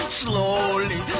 slowly